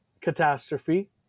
catastrophe